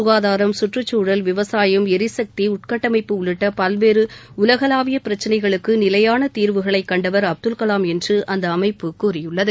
சுகாதாரம் சுற்றுச்சூழல் விவசாயம் எரிசக்தி உள்கட்டமைப்பு உள்ளிட்ட பல்வேறு உலகளாவிய பிரச்சினைகளுக்கு நிலையான தீர்வுகளை கண்டவர் அப்துல்கலாம் என்று அந்த அமைப்பு கூறியுள்ளது